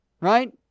right